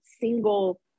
single